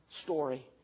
story